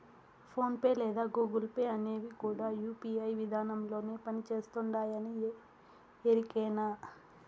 phone pay లేదా Google Pay అనేవి కూడా యూ.పీ.ఐ విదానంలోనే పని చేస్తుండాయని ఎరికేనా